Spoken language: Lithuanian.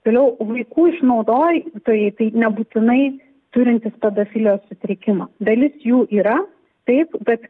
toliau vaikų išnaudoji tai tai nebūtinai turintis pedofilijos sutrikimą dalis jų yra taip bet